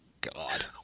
God